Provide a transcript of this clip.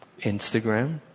Instagram